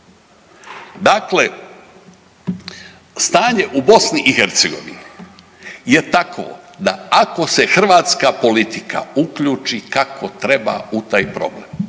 Dakle, stanje u Bosni i Hercegovini je takvo da ako se hrvatska politika uključi kako treba u taj problem